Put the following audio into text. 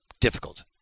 difficult